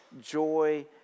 joy